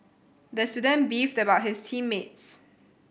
the student beefed about his team mates